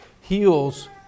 heals